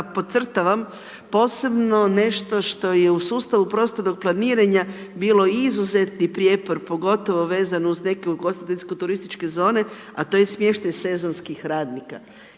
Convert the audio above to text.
da podcrtavam posebno nešto što je u sustavu prostornog planiranja bilo izuzetni prijepor pogotovo vezan uz neke ugostiteljske turističke zone, a to je smještaj sezonskih radnika.